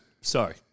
Sorry